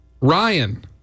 Ryan